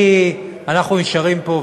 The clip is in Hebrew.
אנחנו נשארים פה,